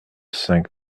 cinq